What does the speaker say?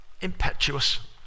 impetuous